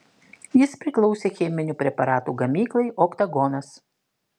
jis priklausė cheminių preparatų gamyklai oktagonas